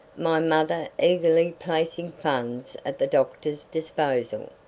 my mother eagerly placing funds at the doctor's disposal.